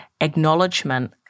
acknowledgement